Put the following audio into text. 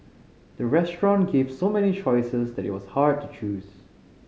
the restaurant gave so many choices that it was hard to choose